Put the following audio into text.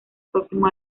próximo